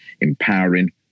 empowering